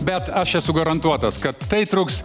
bet aš esu garantuotas kad tai truks